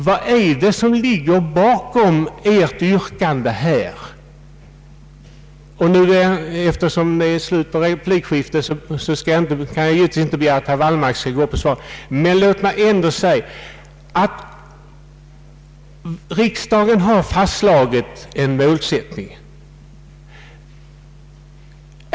Vad är det som ligger bakom herr Wallmarks yrkande? Eftersom det nu är slut på replikskiftet kan jag givetvis inte begära att herr Wallmark skall svara, men låt mig ändå säga att riksdagen fastslagit en målsättning.